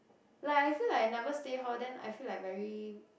like I feel like I never stay hall then I feel like very